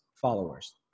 followers